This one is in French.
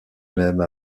même